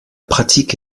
pratique